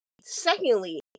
secondly